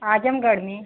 आजमगढ़ में